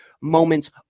moments